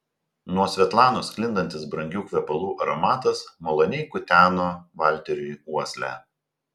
nuo svetlanos sklindantis brangių kvepalų aromatas maloniai kuteno valteriui uoslę